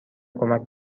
کمک